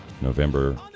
November